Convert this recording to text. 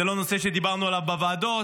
זה לא נושא שדיברנו עליו בוועדות,